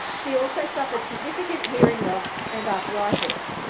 he also suffered significant hearing loss and arthritis.